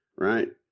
Right